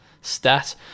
stat